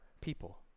people